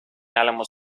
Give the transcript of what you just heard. álamos